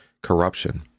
corruption